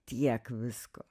tiek visko